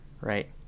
right